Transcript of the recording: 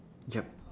yup